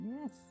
Yes